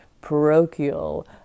parochial